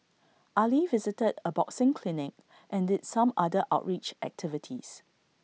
Ali visited A boxing clinic and did some other outreach activities